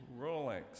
Rolex